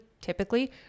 typically